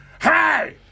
Hey